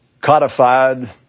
codified